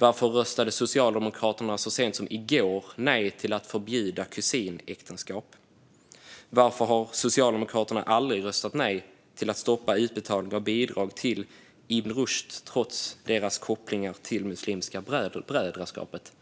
Varför röstade Socialdemokraterna så sent som i går nej till att förbjuda kusinäktenskap? Varför har Socialdemokraterna aldrig röstat nej till att stoppa utbetalning av bidrag till Ibn Rushd trots deras kopplingar till Muslimska brödraskapet?